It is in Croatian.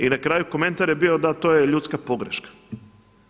I na kraju komentar je bio, da to je ljudska pogreška.